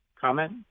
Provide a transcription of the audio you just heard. Comment